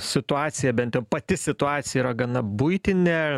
situacija bent jau pati situacija yra gana buitinė